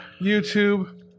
YouTube